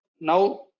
Now